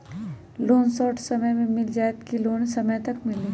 Loan short समय मे मिल जाएत कि लोन समय तक मिली?